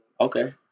Okay